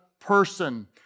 person